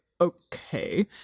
okay